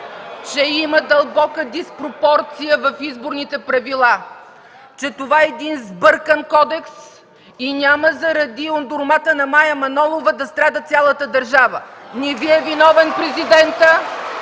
че има дълбока диспропорция в изборните правила, че това е един сбъркан кодекс и няма заради ондурмата на Мая Манолова да страда цялата държава. (Ръкопляскания